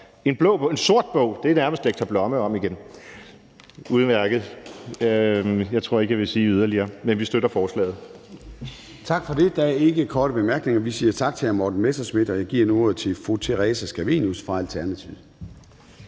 en sort bog; det er nærmest lektor Blomme om igen. Det er udmærket. Jeg tror ikke, at jeg vil sige yderligere, men vi støtter forslaget. Kl. 10:47 Formanden (Søren Gade): Tak for det. Der er ingen korte bemærkninger. Vi siger tak til hr. Morten Messerschmidt, og jeg giver nu ordet til fru Theresa Scavenius fra Alternativet.